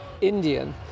Indian